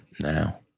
now